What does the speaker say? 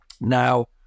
Now